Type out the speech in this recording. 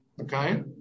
Okay